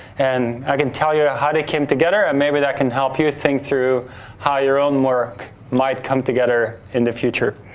and i can tell you how they came together, and maybe that can help you think through how your own work might come together in the future.